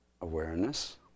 awareness